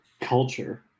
culture